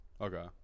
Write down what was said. Okay